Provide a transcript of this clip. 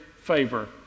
favor